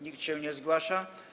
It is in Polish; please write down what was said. Nikt się nie zgłasza.